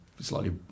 slightly